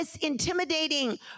intimidating